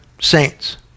saints